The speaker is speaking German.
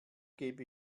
gebe